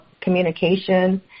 communication